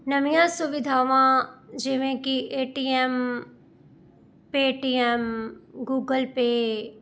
ਨਵੀਆਂ ਸੁਵਿਧਾਵਾਂ ਜਿਵੇਂ ਕਿ A T M Paytm Google pay